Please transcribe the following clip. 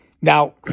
Now